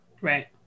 Right